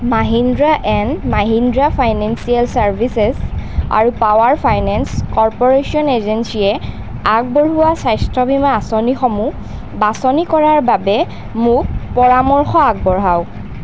Mahindra and Mahindra financial services আৰু power finance corporation এজেঞ্চিয়ে আগবঢ়োৱা স্বাস্থ্য বীমা আঁচনিসমূহ বাছনি কৰাৰ বাবে মোক পৰামৰ্শ আগবঢ়াওক